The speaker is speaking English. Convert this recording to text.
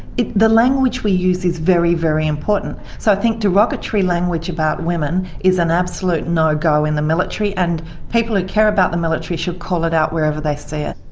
the language we use is very, very important. so i think derogatory language about women is an absolute no-go in the military, and people who care about the military should call it out wherever they see it.